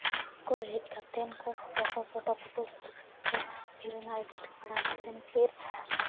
ᱠᱚ ᱦᱮᱡ ᱠᱟᱛᱮᱱ ᱠᱚ ᱯᱷᱳᱴᱳ ᱠᱚ ᱥᱩᱴᱟ ᱯᱷᱳᱴᱳ ᱥᱩᱴ ᱠᱟᱛᱮᱫ ᱯᱷᱤᱨ ᱚᱱᱟ ᱮᱰᱤᱴ ᱵᱟᱲᱟ ᱠᱟᱛᱮᱫ ᱯᱷᱤᱨ